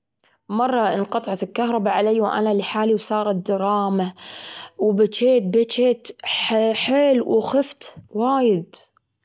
أكثر شيء طريف حصل لي، أنني كنت أعلق على واحد جدامي، وتوه اكتشفت أنه قريب لي، وأنا ما أدري أنه قريب لي.